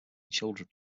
children